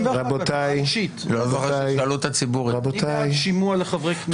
אני בעד שימוע לחברי הכנסת.